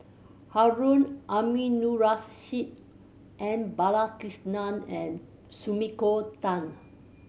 Harun Aminurrashid M Balakrishnan and Sumiko Tan